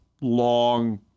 long